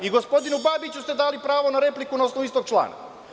I gospodinu Babiću ste dali pravo na repliku na osnovu istog člana.